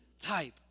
type